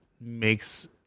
makes